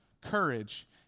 courage